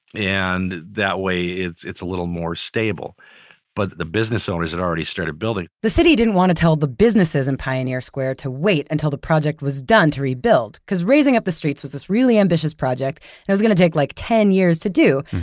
and that way, it's it's a little more stable but the business owners had already started building. the city didn't want to tell the businesses in pioneer square to wait until the project was done to rebuild, because raising up the streets was this really ambitious project, and it was going to take like ten years to do.